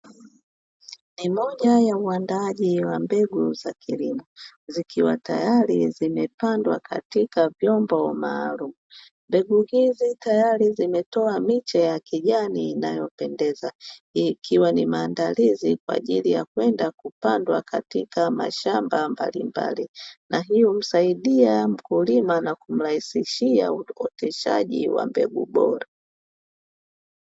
Ni moja ya uandaaji wa mbegu za kilimo zikiwa tayari zimepandwa katika vyombo maalumu, mbegu hizi tayari zimetoa miche ya kijani inayopendeza, hii ikiwa ni maandalizi kwa ajili ya kwenda kupandwa katika mashamba mbalimbali, na hii husaidia mkulima na kumrahisishia uoteshaji wa mbegu bora.